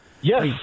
Yes